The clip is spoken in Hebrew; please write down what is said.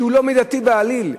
שהוא לא מידתי בעליל?